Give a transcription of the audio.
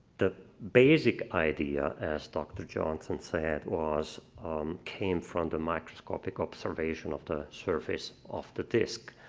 the basic idea, as dr. johnsen said, was came from the microscopic observation of the surface of the disc.